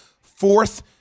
fourth